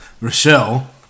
Rochelle